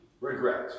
regret